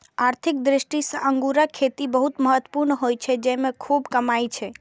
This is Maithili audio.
आर्थिक दृष्टि सं अंगूरक खेती बहुत महत्वपूर्ण होइ छै, जेइमे खूब कमाई छै